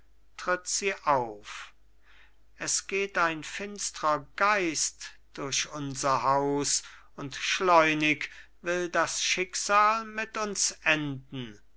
tritt sie auf es geht ein finstrer geist durch unser haus und schleunig will das schicksal mit uns enden